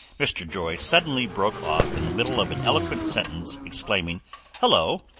mr. joy suddenly broke off in the middle of an eloquent sentence, exclaiming hello!